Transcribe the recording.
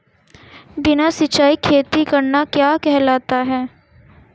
बिना सिंचाई खेती करना क्या कहलाता है?